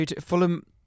Fulham